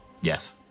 yes